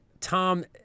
tom